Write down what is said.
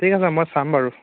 ঠিক আছে মই চাম বাৰু